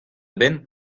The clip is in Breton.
benn